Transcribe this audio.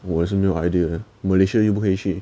我也是没有 idea malaysia 又不可以去